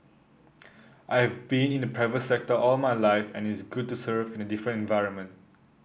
I've been in the private sector all my life and it's good to serve in a different environment